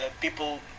people